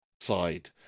side